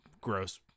gross